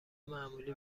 معمولی